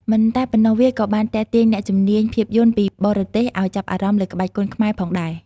មិនតែប៉ុណ្ណោះ វាក៏បានទាក់ទាញអ្នកជំនាញភាពយន្តពីបរទេសឲ្យចាប់អារម្មណ៍លើក្បាច់គុនខ្មែរផងដែរ។